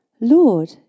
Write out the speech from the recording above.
Lord